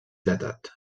datat